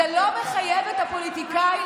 אני חייבת לומר לך,